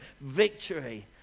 Victory